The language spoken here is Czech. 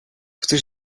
chceš